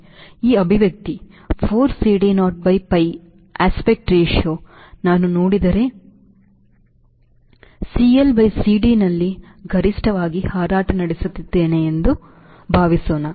ಈ ಅಭಿವ್ಯಕ್ತಿ 4 CD naughtby pie aspect ratio ನಾನು ನೋಡಿದರೆ ನಾನು CLCDನಲ್ಲಿ ಗರಿಷ್ಠವಾಗಿ ಹಾರಾಟ ನಡೆಸುತ್ತಿದ್ದೇನೆ ಎಂದು ಭಾವಿಸೋಣ